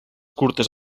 curtes